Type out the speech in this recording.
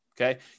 okay